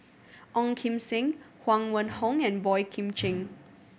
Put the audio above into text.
Ong Kim Seng Huang Wenhong and Boey Kim Cheng